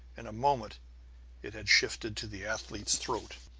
in a moment it had shifted to the athlete's throat.